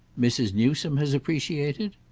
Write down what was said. mrs. newsome has appreciated?